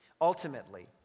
ultimately